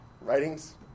writings